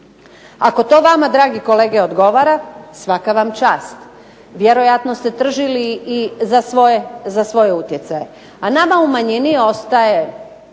Ako to vama dragi kolege odgovara svaka vam čast. Vjerojatno ste tržili i za svoje utjecaje. A nama u manjini ostaje